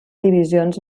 divisions